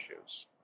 issues